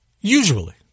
Usually